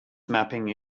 mapping